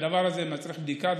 שהדבר הזה מצריך בדיקה.